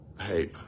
Hey